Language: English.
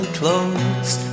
close